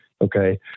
Okay